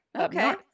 Okay